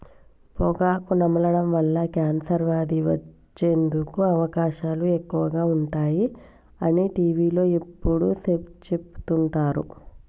పొగాకు నమలడం వల్ల కాన్సర్ వ్యాధి వచ్చేందుకు అవకాశాలు ఎక్కువగా ఉంటాయి అని టీవీలో ఎప్పుడు చెపుతుంటారు